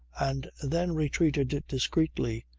and then retreated discreetly,